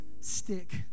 stick